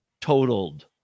totaled